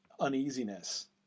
uneasiness